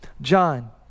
John